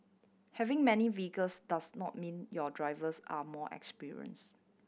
having many vehicles does not mean your drivers are more experience